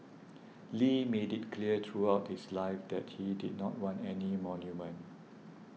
Lee made it clear throughout his life that he did not want any monument